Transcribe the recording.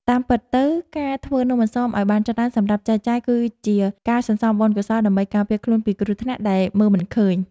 តាមពិតទៅការធ្វើនំអន្សមឱ្យបានច្រើនសម្រាប់ចែកចាយគឺ ជាការសន្សំបុណ្យកុសលដើម្បីការពារខ្លួនពីគ្រោះថ្នាក់ដែលមើលមិនឃើញ។